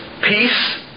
peace